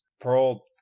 Pearl